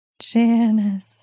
Janice